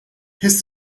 his